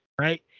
right